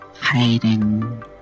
Hiding